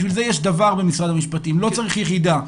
בשביל זה יש דוור במשרד המשפטים, לא צריך יחידה.